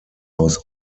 aus